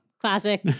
Classic